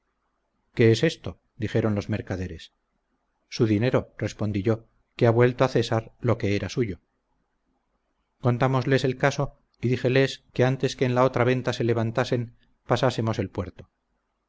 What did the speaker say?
qué es esto dijeron los mercaderes su dinero respondí yo que ha vuelto a césar lo que era suyo contámosles el caso y díjeles que antes que en la otra venta se levantasen pasásemos el puerto